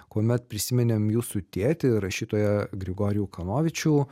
kuomet prisiminėm jūsų tėtį rašytoją grigorijų kanovičių